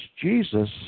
Jesus